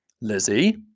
Lizzie